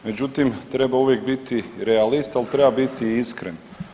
Međutim, treba uvijek biti realist, ali treba biti i iskren.